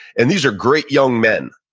and these are great young men,